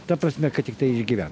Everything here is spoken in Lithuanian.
ta prasme kad tiktai išgyvent